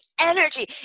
energy